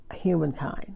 humankind